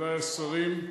מכובדי השרים,